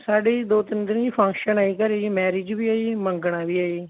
ਸਾਡੇ ਜੀ ਦੋ ਤਿੰਨ ਦਿਨ ਜੀ ਫੰਕਸ਼ਨ ਆ ਜੀ ਘਰ ਜੀ ਮੈਰਿਜ ਵੀ ਹੈ ਜੀ ਮੰਗਣਾ ਵੀ ਹੈ ਜੀ